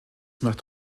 macht